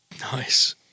Nice